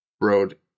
road